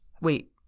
wait